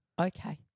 Okay